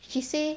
she say